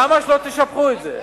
למה שלא תשבחו את זה?